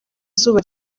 izuba